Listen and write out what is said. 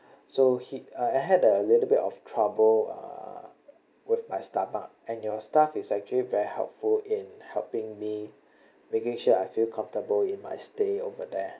so he uh I had a little bit of trouble uh with my stomach and your staff is actually very helpful in helping me making sure I feel comfortable in my stay over there